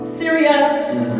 serious